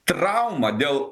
traumą dėl